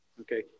Okay